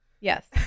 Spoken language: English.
Yes